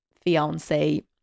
fiance